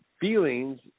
feelings